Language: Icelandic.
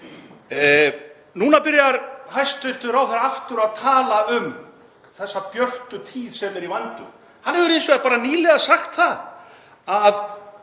Núna byrjar hæstv. ráðherra aftur að tala um þessa björtu tíð sem eru í vændum. Hann hefur hins vegar nýlega sagt að